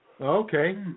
Okay